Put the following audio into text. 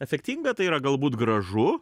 efektinga tai yra galbūt gražu